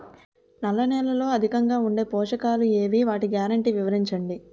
నల్ల నేలలో అధికంగా ఉండే పోషకాలు ఏవి? వాటి గ్యారంటీ వివరించండి?